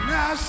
Now